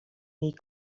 jej